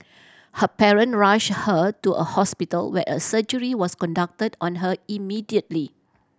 her parent rushed her to a hospital where a surgery was conducted on her immediately